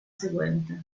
seguente